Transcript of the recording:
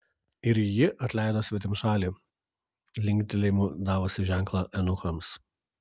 ir ji atleido svetimšalį linktelėjimu davusi ženklą eunuchams